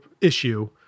issue